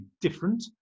different